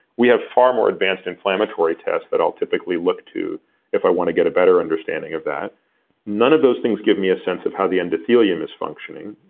we have far more advanced inflammatory tests that i'll typically look to if i wanna get a better understanding of that none of those things give me a sense of how the endothelium is functioning,